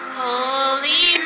holy